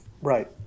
Right